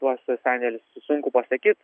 tuos sandėlius sunku pasakyt